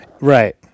right